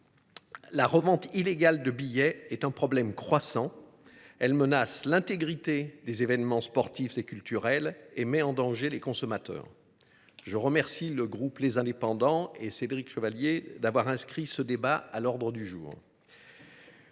la revente illégale de billets est un problème croissant. Elle menace l’intégrité des événements sportifs et culturels et met en danger les consommateurs. Je remercie le groupe Les Indépendants – République et Territoires, en particulier Cédric Chevalier, d’avoir inscrit ce débat à l’ordre du jour